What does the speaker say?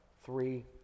three